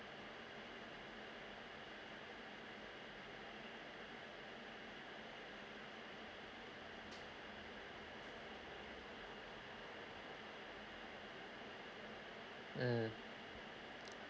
mm